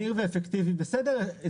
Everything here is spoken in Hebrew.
מהיר ואפקטיבי, בסדר.